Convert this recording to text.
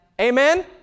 Amen